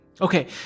Okay